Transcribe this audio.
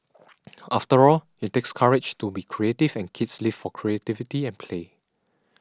after all it takes courage to be creative and kids live for creativity and play